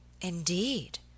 Indeed